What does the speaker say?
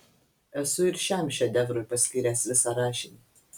esu ir šiam šedevrui paskyręs visą rašinį